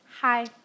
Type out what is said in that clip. Hi